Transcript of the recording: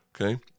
okay